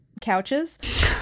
couches